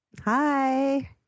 hi